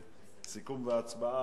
תודה.